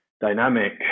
dynamic